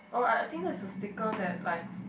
oh I I think there's a sticker that like